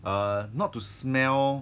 uh not to smell